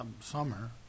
summer